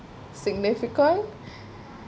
significant